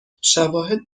شواهد